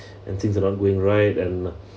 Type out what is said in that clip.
and things that aren't going right and